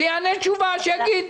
שיענה תשובה, שיגיד.